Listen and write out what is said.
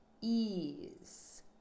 ease